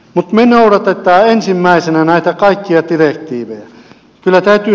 mutta me noudatamme ensimmäisenä näitä kaikkia direktiivejä